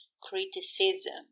criticism